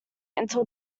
until